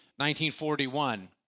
1941